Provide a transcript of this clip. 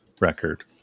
record